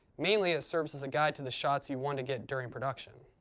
mainly, it serves as a guide to the shots you want to get during production.